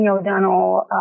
O'Donnell